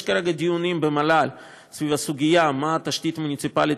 יש כרגע דיונים במל"ל סביב הסוגיה מה התשתית המוניציפלית